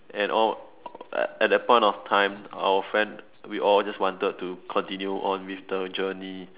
and all at that point of time our friend we all just wanted to continue on with the journey